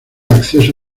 acceso